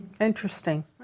interesting